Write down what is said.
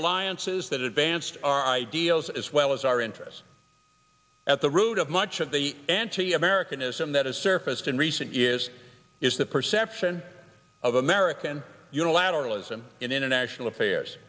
alliances that advanced our ideals as well as our interests at the root of much of the anti americanism that has surfaced in recent years is the perception of american unilateral ism in international affairs